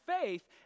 faith